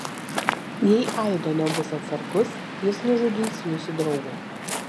jei aido nebus atsargus jis nužudys jūsų draugą